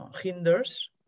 hinders